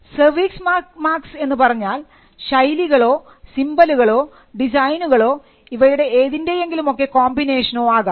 service marks എന്നുപറഞ്ഞാൽ ശൈലികളോ സിംബലുകളോ ഡിസൈനുകളോ ഇവയുടെ ഏതിൻറെയെങ്കിലും ഒക്കെ കോമ്പിനേഷനോ ആകാം